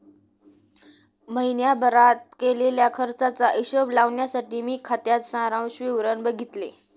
महीण्याभारत केलेल्या खर्चाचा हिशोब लावण्यासाठी मी खात्याच सारांश विवरण बघितले